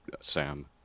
Sam